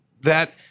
that-